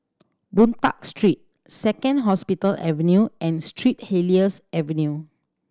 Boon Tat Street Second Hospital Avenue and Street Helier's Avenue